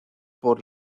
por